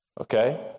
okay